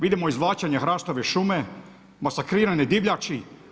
Vidimo izvlačenje hrastove šume, masakrirane divljači.